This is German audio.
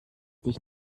dich